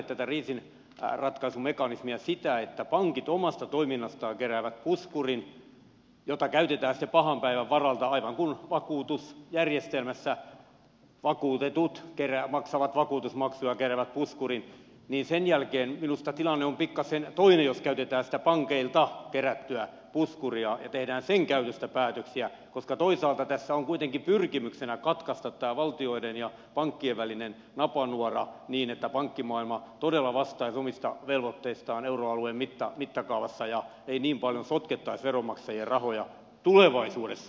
mutta jos ajatellaan pitemmälle tätä kriisinratkaisumekanismia sitä että pankit omasta toiminnastaan keräävät puskurin jota käytetään sitten pahan päivän varalta aivan kuin vakuutusjärjestelmässä vakuutetut maksavat vakuutusmaksuja ja keräävät puskurin niin sen jälkeen minusta tilanne on pikkasen toinen jos käytetään sitä pankeilta kerättyä puskuria ja tehdään sen käytöstä päätöksiä koska toisaalta tässä on kuitenkin pyrkimyksenä katkaista tämä valtioiden ja pankkien välinen napanuora niin että pankkimaailma todella vastaisi omista velvoitteistaan euroalueen mittakaavassa ja ei niin paljon sotkettaisi veronmaksajien rahoja tulevaisuudessa